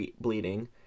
bleeding